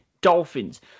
Dolphins